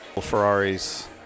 Ferraris